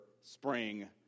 spring